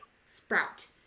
sprout